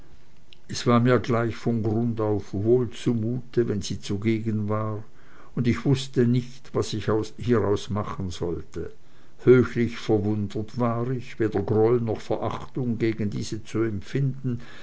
es war mir gleich von grund aus wohl zu mute wenn sie zugegen war und ich wußte nicht was ich hieraus machen sollte höchlich verwundert war ich weder groll noch verachtung gegen diese zu empfinden